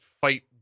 fight